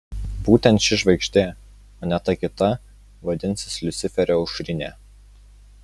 būtent ši žvaigždė o ne ta kita vadinsis liuciferio aušrinė